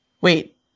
wait